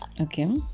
okay